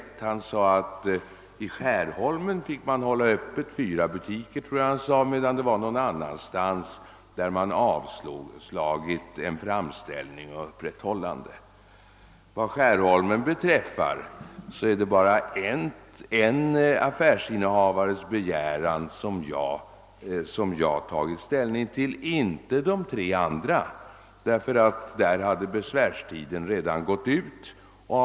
Herr Romanus sade att man i Skärholmen fick hålla öppet i fyra butiker — jag tror att det var det antal han nämnde — medan en framställning om öppethållande på någon annan plats hade avslagits. Vad Skärholmen beträffar är det bara en affärsinnehavares begäran som jag har tagit ställning till, inte till de tre andras, eftersom besvärstiden för dem redan hade gått ut.